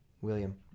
William